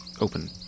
open